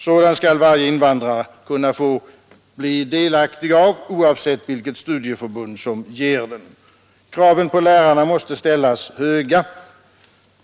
Sådan skall varje invandrare kunna få bli delaktig av, oavsett vilket studieförbund som ger den. Kraven på lärarna måste ställas högt.